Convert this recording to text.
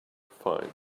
find